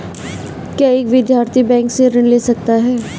क्या एक विद्यार्थी बैंक से ऋण ले सकता है?